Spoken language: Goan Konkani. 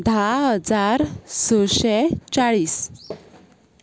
धा हजार सशें चाळीस